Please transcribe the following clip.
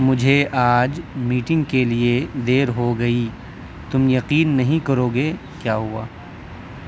مجھے آج میٹنگ کے لیے دیر ہو گئی تم یقین نہیں کرو گے کیا ہوا